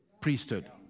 priesthood